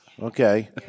Okay